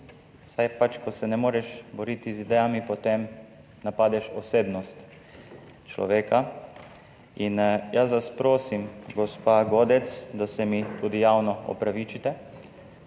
saj pač, ko se ne moreš boriti z idejami, potem napadeš osebnost, človeka. Jaz vas prosim, gospa Godec, da se mi tudi javno opravičite.